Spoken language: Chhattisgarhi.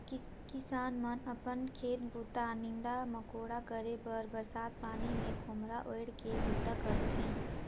किसान मन अपन खेत बूता, नीदा मकोड़ा करे बर बरसत पानी मे खोम्हरा ओएढ़ के बूता करथे